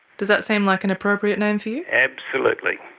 does that seem like an appropriate name to you? absolutely.